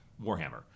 Warhammer